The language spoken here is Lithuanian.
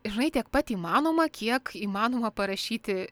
žinai tiek pat įmanoma kiek įmanoma parašyti